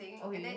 okay